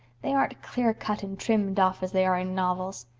they aren't clear-cut and trimmed off, as they are in novels.